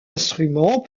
instrument